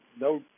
no